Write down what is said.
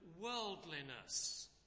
worldliness